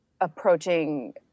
approaching